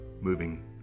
moving